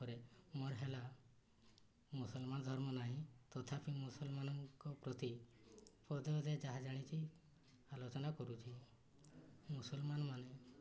ତା'ପରେ ମୋର ହେଲା ମୁସଲମାନ ଧର୍ମ ନାହିଁ ତଥାପି ମୁସଲମାନଙ୍କ ପ୍ରତି ପଦେ ପଦେ ଯାହା ଜାଣିଛି ଆଲୋଚନା କରୁଛି ମୁସଲମାନ ମାନେ